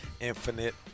Infinite